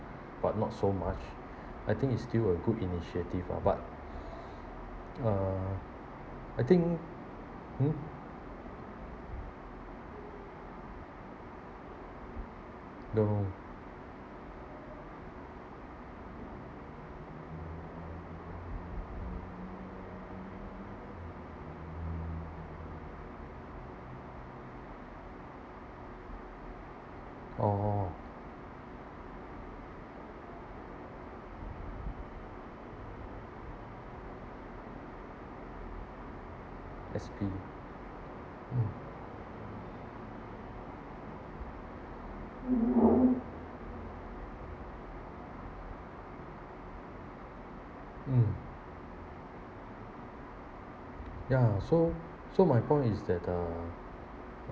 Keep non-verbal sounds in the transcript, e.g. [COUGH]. but not so much [BREATH] I think is still a good initiative ah but [BREATH] uh I think [NOISE] no oh S_P mm mm ya so so my point is that uh